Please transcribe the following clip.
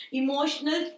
emotional